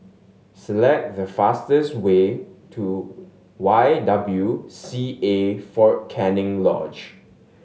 select the fastest way to Y W C A Fort Canning Lodge